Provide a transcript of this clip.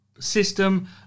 System